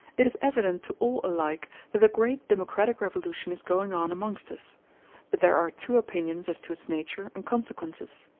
it is evident to all alike that a great democratic revolution is going on amongst us but there are two opinions as to its nature and consequences.